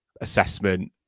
assessment